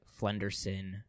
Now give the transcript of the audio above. Flenderson